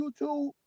YouTube